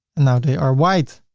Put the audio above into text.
now they are white.